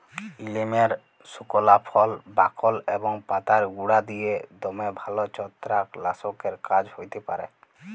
লিমের সুকলা ফল, বাকল এবং পাতার গুঁড়া দিঁয়ে দমে ভাল ছত্রাক লাসকের কাজ হ্যতে পারে